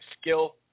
skill